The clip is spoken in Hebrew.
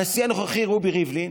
הנשיא הנוכחי רובי ריבלין